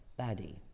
baddie